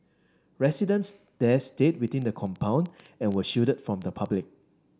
residents there stayed within the compound and were shielded from the public